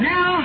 Now